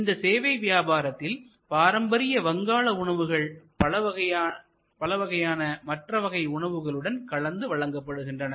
இந்த சேவை வியாபாரத்தில் பாரம்பரிய வங்காள உணவுகள் பலவகையான மற்ற வகை உணவுகளுடன் கலந்து வழங்கப்படுகின்றன